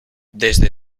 desde